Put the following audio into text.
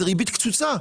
זה ריבית קצוצה.